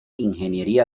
ingeniería